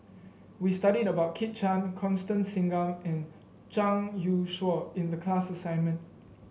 we studied about Kit Chan Constance Singam and Zhang Youshuo in the class assignment